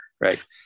right